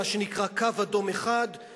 מה שנקרא "קו אדום" אחד,